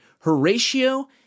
Horatio